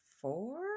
four